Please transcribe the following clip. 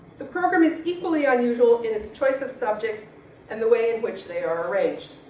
the program is equally unusual in its choice of subjects and the way in which they are arranged.